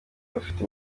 bafite